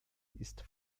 ist